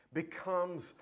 becomes